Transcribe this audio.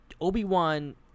Obi-Wan –